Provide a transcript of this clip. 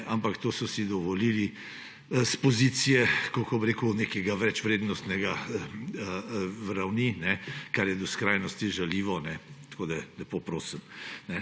ampak to so si dovolili s pozicije, kako bi rekel, neke večvrednostne ravni, kar je do skrajnosti žaljivo. Tako da, lepo prosim!